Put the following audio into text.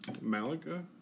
Malaga